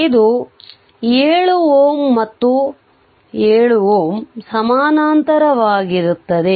ಇದು 7 Ω ಮತ್ತು ಈ 7 Ω ಸಮಾನಾಂತರವಾಗಿರುತ್ತದೆ